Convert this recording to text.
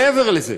מעבר לזה,